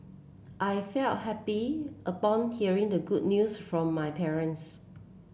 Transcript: I felt happy upon hearing the good news from my parents